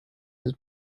his